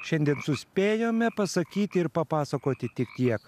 šiandien suspėjome pasakyti ir papasakoti tik kiek